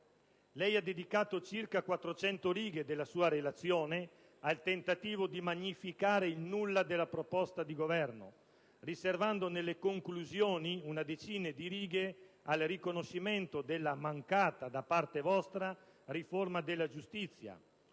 ha dedicato circa 400 righe della sua relazione al tentativo di magnificare il nulla della proposta di Governo, riservando nelle conclusioni una decina di righe al riconoscimento della mancata, da parte vostra, riforma della giustizia